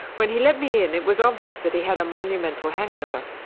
when he let me in it was obvious that he had a monumental hangover,